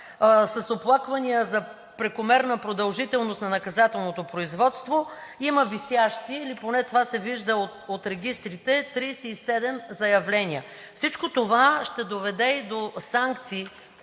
с оплаквания за прекомерна продължителност на наказателното производство, има висящи – или поне това се вижда от регистрите, 37 заявления. Всичко това ще доведе и до санкции,